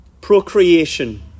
procreation